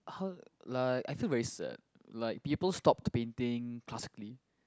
how like I feel very sad like people stopped painting classically